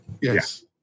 Yes